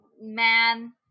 man